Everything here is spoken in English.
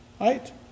right